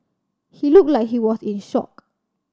he looked like he was in shock